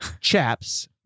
chaps